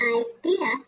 idea